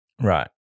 Right